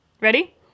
Ready